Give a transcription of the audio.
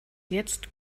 jetzt